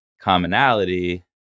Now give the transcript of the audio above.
commonality